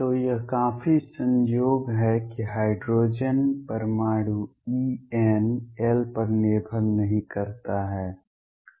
तो यह काफी संयोग है कि हाइड्रोजन परमाणु En l पर निर्भर नहीं करता है